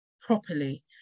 properly